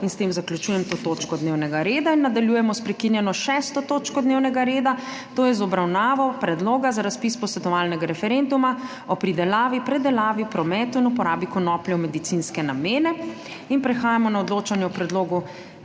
in s tem zaključujem to točko dnevnega reda. Nadaljujemo s prekinjeno 6. točko dnevnega reda, to je z obravnavo Predloga za razpis posvetovalnega referenduma o pridelavi, predelavi, prometu in uporabi konoplje v medicinske namene. In prehajamo na odločanje o predlogu